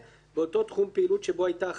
באותו תחום פעילות שבו היתה החריגה,